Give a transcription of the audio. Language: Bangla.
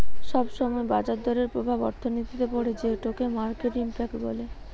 সব সময় বাজার দরের প্রভাব অর্থনীতিতে পড়ে যেটোকে মার্কেট ইমপ্যাক্ট বলে